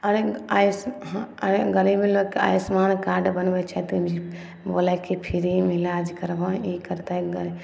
आओर आयुस गरीबी लोकके आयुष्मान कार्ड बनबै छथिन ओहिमे बोलै है कि फ्रीमे ईलाज करबऽ ई करतै गरीब